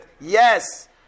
yes